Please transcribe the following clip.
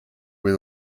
with